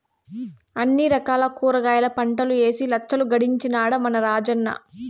అన్ని రకాల కూరగాయల పంటలూ ఏసి లచ్చలు గడించినాడ మన రాజన్న